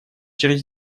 через